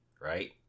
right